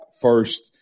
first